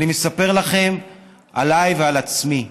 אני מספר לכם עליי ועל עצמי.